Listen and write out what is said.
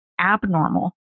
abnormal